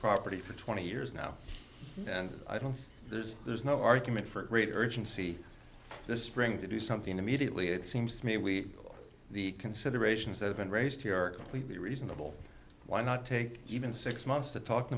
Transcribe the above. property for twenty years now and i don't there's there's no argument for great urgency this spring to do something immediately it seems to me we the considerations that have been raised here are completely reasonable why not take even six months to talk